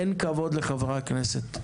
אין כבוד לחברי הכנסת.